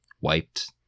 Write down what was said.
wiped